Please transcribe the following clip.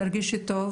תרגישי טוב,